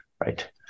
right